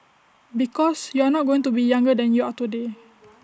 because you are not going to be younger than you are today